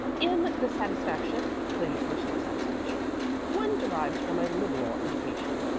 in the satisfaction the personal satisfaction one derives from a liberal education,